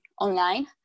online